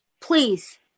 please